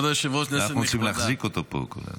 אנחנו רוצים להחזיק אותו פה.